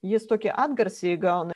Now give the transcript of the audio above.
jis tokį atgarsį įgauna